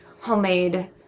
homemade